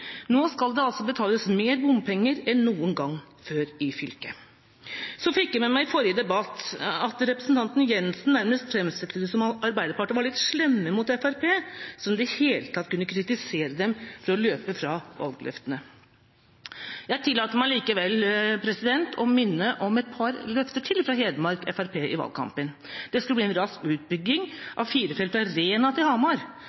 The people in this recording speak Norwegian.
Nå skal det altså betales mer bompenger enn noen gang før i fylket. Så fikk jeg med meg i forrige debatt at representanten Jensen nærmest framstilte det som om Arbeiderpartiet var litt slemme mot Fremskrittspartiet, som i det hele tatt kunne kritisere dem for å løpe fra valgløftene. Jeg tillater meg likevel å minne om et par løfter fra Fremskrittspartiet i Hedmark i valgkampen: Det skulle bli en rask utbygging av firefelts vei fra Rena til Hamar.